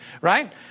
right